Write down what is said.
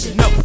no